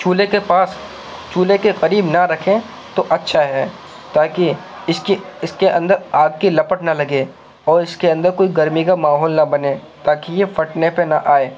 چولہے کے پاس چولہے کے قریب نہ رکھیں تو اچھا ہے تاکہ اس کی اس کے اندر آگ کی لپٹ نہ لگے اور اس کے اندر کوئی گرمی کا ماحول نہ بنے تاکہ یہ پھٹنے پہ نہ آئے